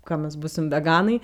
kol mes būsim veganai